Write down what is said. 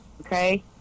Okay